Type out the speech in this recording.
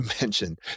mentioned